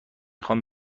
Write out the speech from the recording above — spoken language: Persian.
خوام